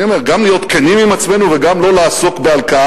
אני אומר: גם להיות כנים עם עצמנו וגם לא לעסוק בהלקאה